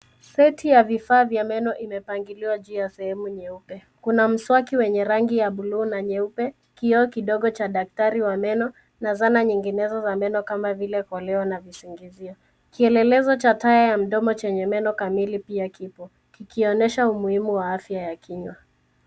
Seti ya vifaa vya meno imepangiliwa juu ya sehemu nyeupe. Kuna mswaki wenye rangi ya buluu na nyeupe , kioo kidogo cha daktari wa meno na zana nyinginezo za meno kama vile koleo na visingizio. Kielelezo cha taa ya mdomo chenye meno kamili pia kipo, kikionesha umuhimu wa afya ya kinywa.